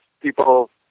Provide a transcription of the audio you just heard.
People